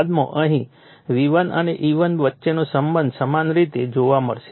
બાદમાં અહીં V1 અને E1 વચ્ચેનો સંબંધ સમાન રીતે જોવા મળશે